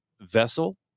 vessel